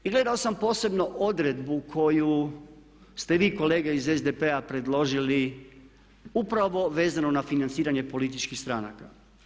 I gledao sam posebno odredbu koju ste vi kolega iz SDP-a predložili upravo vezano na financiranje političkih stranaka.